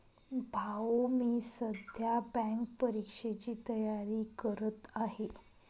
भाऊ मी सध्या बँक परीक्षेची तयारी करत आहे